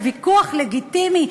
זה ויכוח לגיטימי,